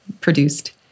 produced